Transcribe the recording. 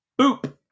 Boop